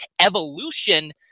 evolution